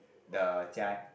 the jia